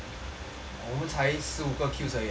我们才十五个 kills 而已哦